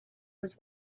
was